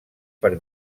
per